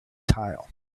tile